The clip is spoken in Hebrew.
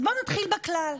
אז בואו נתחיל בכלל: